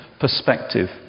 perspective